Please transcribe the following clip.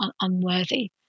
unworthy